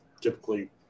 typically